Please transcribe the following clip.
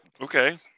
Okay